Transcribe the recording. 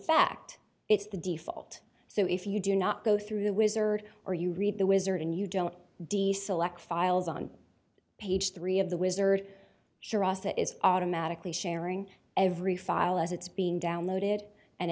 fact it's the default so if you do not go through the wizard or you read the wizard and you don't diesel x files on page three of the wizard that is automatically sharing every file as it's being downloaded and